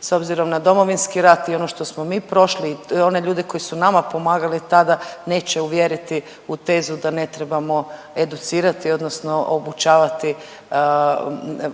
s obzirom na Domovinski rat i ono što smo mi prošli i one ljude koji su nama pomagali tada neće uvjeriti u tezu da ne trebamo educirati odnosno obučavati